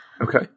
okay